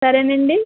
సరేనండి